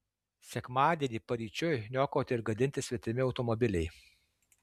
sekmadienį paryčiui niokoti ir gadinti svetimi automobiliai